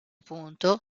punto